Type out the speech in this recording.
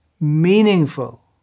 meaningful